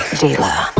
dealer